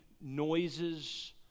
noises